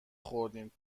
خوردیم